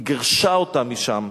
היא גירשה אותם משם.